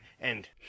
and—